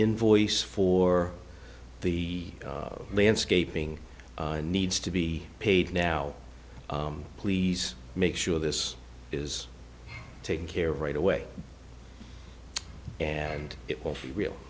invoice for the landscaping needs to be paid now please make sure this is taken care of right away and it will be real